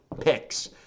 picks